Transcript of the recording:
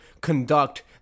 conduct